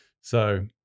So-